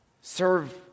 serve